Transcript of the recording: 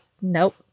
nope